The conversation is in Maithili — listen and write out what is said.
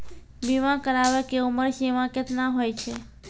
बीमा कराबै के उमर सीमा केतना होय छै?